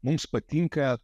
mums patinka